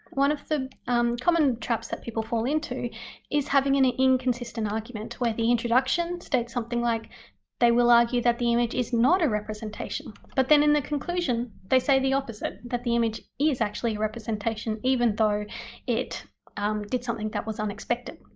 one of the common traps that people fall into is having an an inconsistent argument, where the introduction states something like they will argue that the image is not a representation but then in the conclusion they say the opposite, that the image is actually a representation even though it did something that was unexpected.